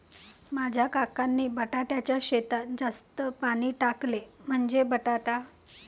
माझ्या काकांनी बटाट्याच्या शेतात जास्त पाणी टाकले, म्हणजे बटाटा